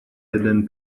hidden